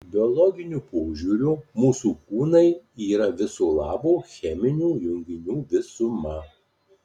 biologiniu požiūriu mūsų kūnai yra viso labo cheminių junginių visuma